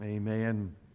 Amen